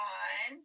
on